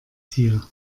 tier